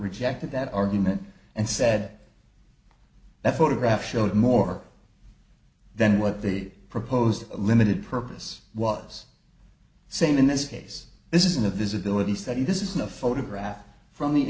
rejected that argument and said that photograph showed more than what the proposed limited purpose was saying in this case this isn't a visibility study this isn't a photograph from the